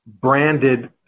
branded